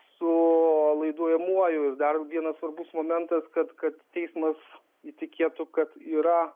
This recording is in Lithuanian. su laiduojamuoju ir dar vienas svarbus momentas kad kad teismas įtikėtų kad yra